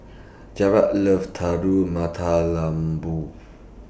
Jaret loves Telur Mata Lembu